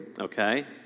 Okay